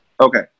okay